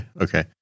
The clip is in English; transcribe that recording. Okay